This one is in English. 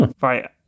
Right